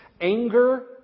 anger